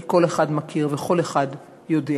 כי כל אחד מכיר וכל אחד יודע.